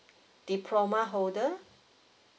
diploma holder